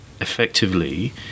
effectively